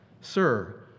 sir